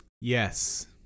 yes